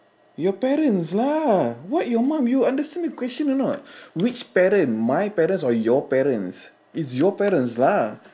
your parents lah what your mum you understand the question or not which parent my parents or your parents it's your parents lah